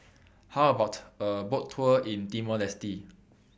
How about A Boat Tour in Timor Leste